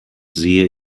sehe